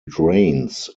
drains